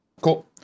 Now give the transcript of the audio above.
cool